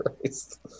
Christ